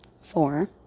four